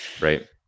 right